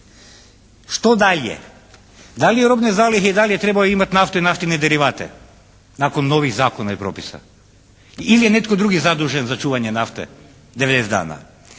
Što dalje? Da li robne zalihe i dalje trebaju imati naftu i naftne derivate nakon novih zakona i propisa? Ili je netko drugi zadužen za čuvanje nafte 90 dana?